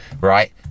right